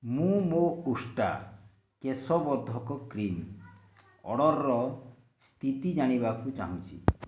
ମୁଁ ମୋ ଉଷ୍ଟ୍ରା କେଶ ବର୍ଦ୍ଧକ କ୍ରିମ୍ ଅର୍ଡ଼ର୍ର ସ୍ଥିତି ଜାଣିବାକୁ ଚାହୁଁଛି